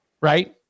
Right